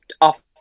off